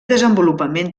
desenvolupament